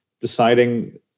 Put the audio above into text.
deciding